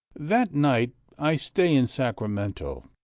that night i stay in sacramento,